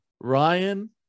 Ryan